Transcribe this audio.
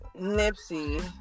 nipsey